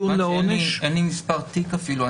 אין לי מספר תיק אפילו,